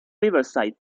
riverside